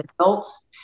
adults